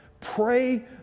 Pray